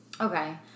Okay